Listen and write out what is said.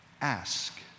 Ask